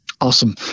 Awesome